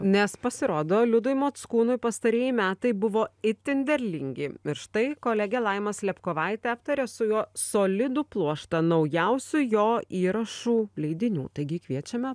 nes pasirodo liudui mockūnui pastarieji metai buvo itin derlingi ir štai kolegė laima slepkovaitė aptarė su juo solidų pluoštą naujausių jo įrašų leidinių taigi kviečiame